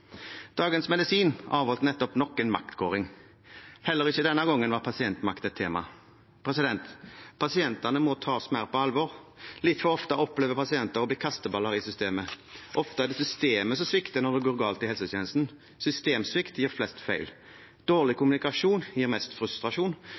Dagens Medisin avholdt nettopp nok en maktkåring. Heller ikke denne gangen var pasientmakt et tema. Pasientene må tas mer på alvor. Litt for ofte opplever pasienter å bli kasteballer i systemet. Ofte er det systemet som svikter når det går galt i helsetjenesten. Systemsvikt gir flest feil, dårlig